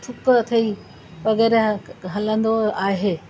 सुखु अथई वग़ैरह हलंदो आहे